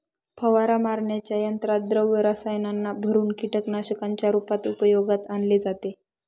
फवारा मारण्याच्या यंत्रात द्रव रसायनांना भरुन कीटकनाशकांच्या रूपात उपयोगात आणले जाते